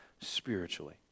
spiritually